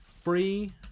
Free